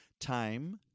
time